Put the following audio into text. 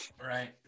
right